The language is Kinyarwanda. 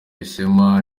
ishema